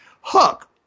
Hook